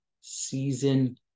Season